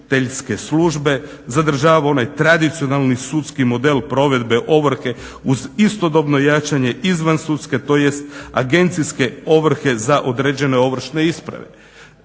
službe, zadržava onaj tradicionalni sudski model provedbe ovrhe uz istodobno jačanje izvansudske tj. agencije ovrhe za određene ovršne isprave.